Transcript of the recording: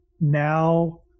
now